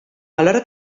alhora